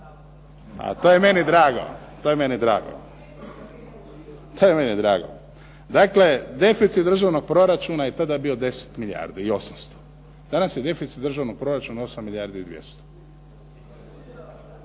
se ne razumije./… Dakle, deficit državnog proračuna je tada bio 10 milijardi i 800. Danas je deficit državnog proračuna 8 milijardi i 200.